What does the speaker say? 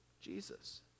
Jesus